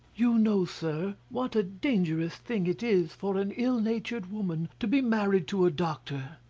you know, sir, what a dangerous thing it is for an ill-natured woman to be married to a doctor.